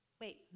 Wait